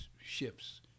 ships